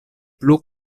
plu